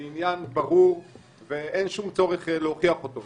עניין ברור ואין שום צורך להוכיח אותו.